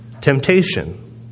temptation